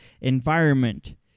environment